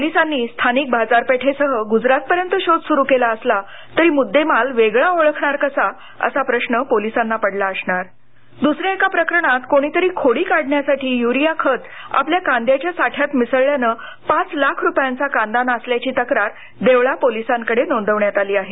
पोलिसांनी स्थानिक बाजारपेठेसह गुजरातपर्यंत शोध सुरु केला असला तरी मुद्देमाल वेगळा ओळखणार कसा असा प्रश्न पोलिसांना पडला असणार दुसऱ्या एका प्रकरणात कोणीतरी खोडी काढण्यासाठी युरिया खत आपल्या कांद्याच्या साठ्यात मिसळल्यानं पाच लाख रुपयांचा कांदा नासल्याची तक्रार देवळा पोलिसांकडे नोंदवण्यात आली आहे